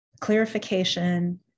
clarification